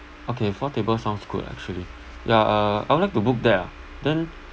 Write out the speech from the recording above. okay four tables sounds good actually yeah uh I would like to book that ah then